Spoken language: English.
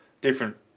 different